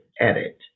edit